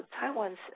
Taiwan's